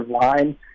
line